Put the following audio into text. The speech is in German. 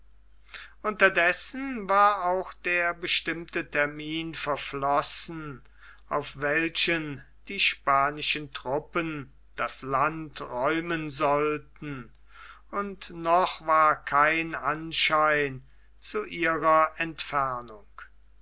unterdessen war auch der bestimmte termin verflossen auf welchen die spanischen truppen das land räumen sollten und noch war kein anschein zu ihrer entfernung